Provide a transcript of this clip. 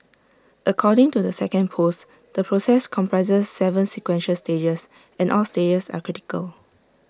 according to the second post the process comprises Seven sequential stages and all stages are critical